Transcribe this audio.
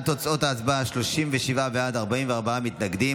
36 בעד, 43 מתנגדים.